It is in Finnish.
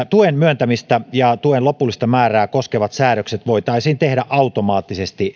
tuen myöntämistä ja tuen lopullista määrää koskevat päätökset voitaisiin tehdä automaattisesti